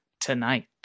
tonight